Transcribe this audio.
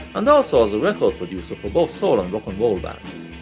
and also as a record producer for both soul and rock'n'roll bands.